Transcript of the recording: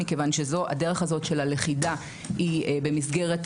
מכיוון שהדרך הזאת של הלכידה היא במסגרת